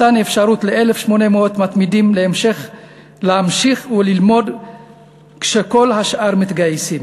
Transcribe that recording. מתן אפשרות ל-1,800 מתמידים להמשיך ללמוד כשכל השאר מתגייסים